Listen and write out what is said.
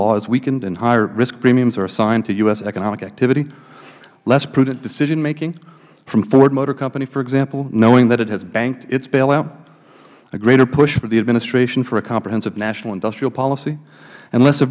law has weakened and higherrisk premiums are assigned to u s economic activity less prudent decisionmaking from ford motor company for example knowing that it has banked its bailout a greater push for the administration for a comprehensive national industrial policy and less